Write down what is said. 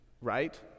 Right